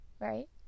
right